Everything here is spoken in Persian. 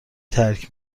ترک